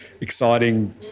exciting